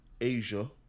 Asia